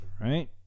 Right